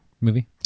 Movie